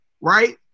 right